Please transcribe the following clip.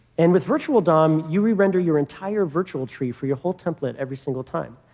and with virtual dom, you render your entire virtual tree for your whole template every single time.